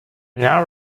now